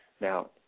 Now